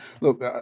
look